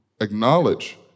acknowledge